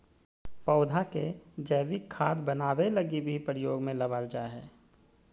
पौधा के जैविक खाद बनाबै लगी भी प्रयोग में लबाल जा हइ